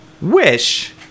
wish